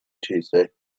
tuesday